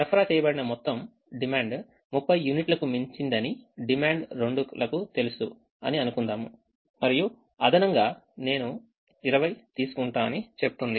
సరఫరా చేయబడిన మొత్తం డిమాండ్ 30 యూనిట్లకు మించిందని డిమాండ్ 2 లకు తెలుసు అని అనుకుందాము మరియు అదనంగా నేను 20 తీసుకుంటా అని చెప్తుంది